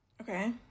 Okay